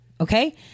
Okay